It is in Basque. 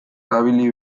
erabili